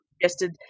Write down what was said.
suggested